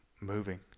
moving